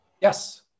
Yes